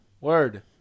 word